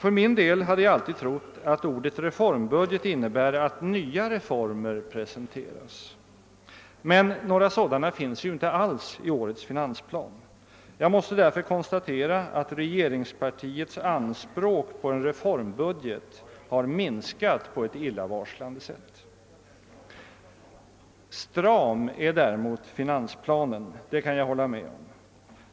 För min del har jag alltid trott att ordet reformbudget innebär att nya reformer presenteras. Några sådana finns inte alls i årets finansplan. Jag måste därför konstatera att regeringspartiets anspråk på en reformbudget har minskat på ett illavarslande sätt. Stram är däremot finansplanen — det kan jag hålla med om.